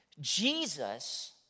Jesus